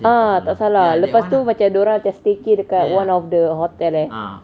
ah tak salah lepas tu macam dia orang macam staycay dekat one of the hotel eh